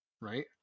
Right